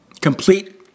complete